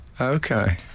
Okay